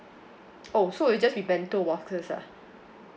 oh so it'll just be bento boxes ah